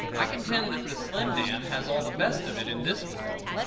i contend that the slim man has all the best of it in this world.